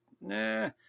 nah